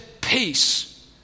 peace